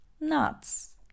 Nuts